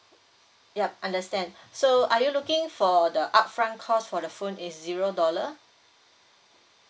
yup understand so are you looking for the upfront cost for the phone is zero dollar